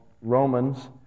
Romans